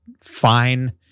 fine